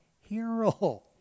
hero